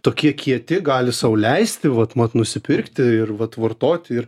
tokie kieti gali sau leisti vot mat nusipirkti ir vat vartoti ir